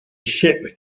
ship